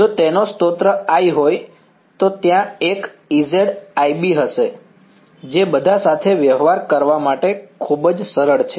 જો તેનો સ્ત્રોત I હોય તો ત્યાં એક Ez iB હશે જે બધા સાથે વ્યવહાર કરવા માટે ખૂબ જ સરળ છે